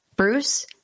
Bruce